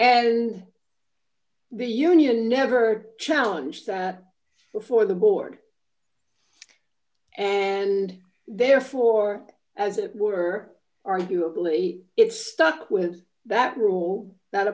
and the union never challenge that before the board and therefore as it were arguably it stuck with that rule